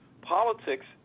Politics